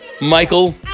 Michael